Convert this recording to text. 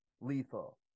lethal